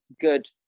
good